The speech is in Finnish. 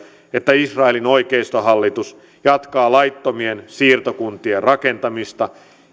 että israelin oikeistohallitus jatkaa laittomien siirtokuntien rakentamista